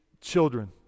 children